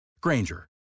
Granger